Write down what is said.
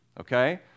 Okay